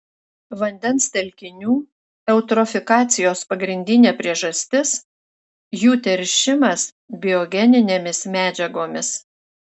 vandens telkinių eutrofikacijos pagrindinė priežastis jų teršimas biogeninėmis medžiagomis